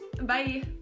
Bye